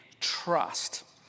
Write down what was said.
trust